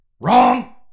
Wrong